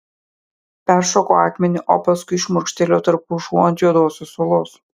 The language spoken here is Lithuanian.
peršoko akmenį o paskui šmurkštelėjo tarp pušų ant juodosios uolos